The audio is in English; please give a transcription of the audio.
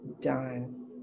done